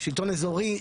שלטון אזורי,